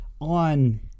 On